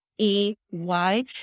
E-Y